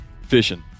fishing